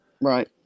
Right